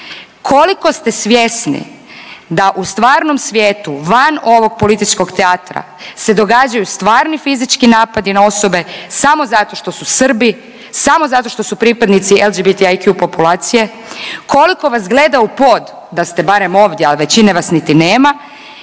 koliko ste svjesni da u stvarnom svijetu van ovog političkog teatra se događaju stvarni fizički napadi na osobe samo zato što su Srbi, samo zato što su pripadnici LBGTAQ populacije. Koliko vas gleda u pod, da ste barem ovdje ali većine vas niti nema